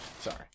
Sorry